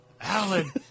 Alan